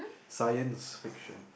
science fiction